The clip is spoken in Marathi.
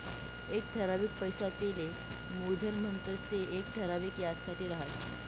एक ठरावीक पैसा तेले मुयधन म्हणतंस ते येक ठराविक याजसाठे राहस